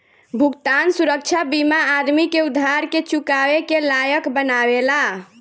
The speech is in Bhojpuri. भुगतान सुरक्षा बीमा आदमी के उधार के चुकावे के लायक बनावेला